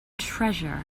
treasure